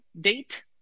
date